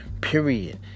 Period